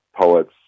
poets